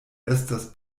estas